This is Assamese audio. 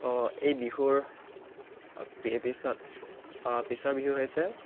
এই বিহুৰ পিছত পিছৰ বিহু হৈছে